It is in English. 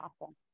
awesome